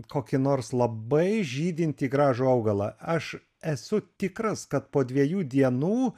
kokį nors labai žydinti gražų augalą aš esu tikras kad po dviejų dienų